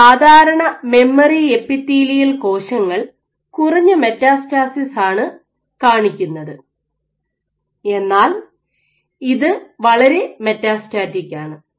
ഈ സാധാരണ memory epithelial കോശങ്ങൾ കുറഞ്ഞ മെറ്റാസ്റ്റാറ്റിസ് ആണ് കാണിക്കുന്നത് എന്നാൽ ഇത് വളരെ മെറ്റാസ്റ്റാറ്റിക് ആണ്